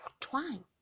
twine